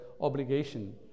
obligation